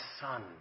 son